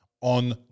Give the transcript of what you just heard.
on